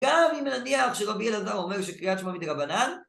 גם אם נניח שרבי אלעזר אומר שקריאת שמע מדרבנן...